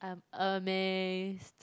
I'm amazed